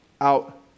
out